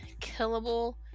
killable